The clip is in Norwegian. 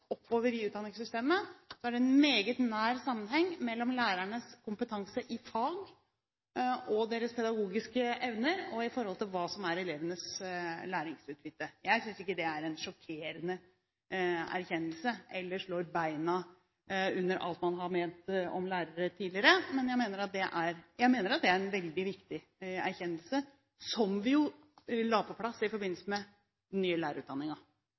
oppover i utdanningssystemet, er det en meget nær sammenheng mellom lærernes kompetanse i fag og deres pedagogiske evner, og hva som er elevenes læringsutbytte. Jeg synes ikke det er noen sjokkerende erkjennelse, eller at det slår beina under alt man har ment om lærere tidligere. Men jeg mener det er en veldig viktig erkjennelse, som vi jo la på plass i forbindelse med den nye